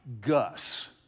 Gus